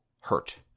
hurt